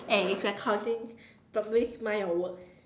eh it's recording so please mind your words